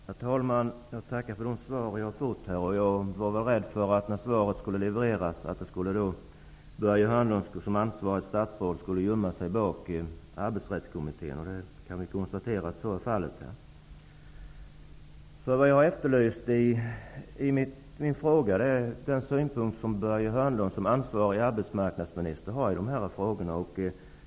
Herr talman! Jag tackar för de besked som jag har fått. Jag var rädd för att Börje Hörnlund som ansvarigt statsråd skulle gömma sig bakom arbetsrättskommittén, och vi kan konstatera att så är fallet. Jag har i min fråga efterlyst Börje Hörnlunds synpunkter som ansvarigt statsråd i dessa frågor.